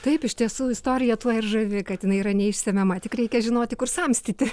taip iš tiesų istorija tuo ir žavi kad jinai yra neišsemiama tik reikia žinoti kur samstyti